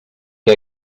què